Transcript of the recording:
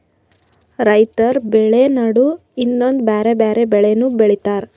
ರೈತರ್ ಬೆಳಿ ನಡು ಇನ್ನೊಂದ್ ಬ್ಯಾರೆ ಬ್ಯಾರೆ ಬೆಳಿನೂ ಬೆಳಿತಾರ್